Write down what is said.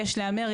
יש להיאמר,